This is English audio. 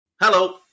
Hello